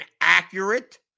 accurate